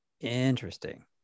Interesting